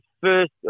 first